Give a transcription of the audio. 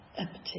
empty